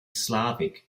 slavic